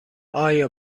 آیا